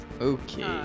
Okay